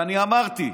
ואני אמרתי,